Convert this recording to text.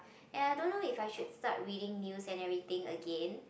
and I don't know if I should reading news and everything again